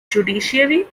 judiciary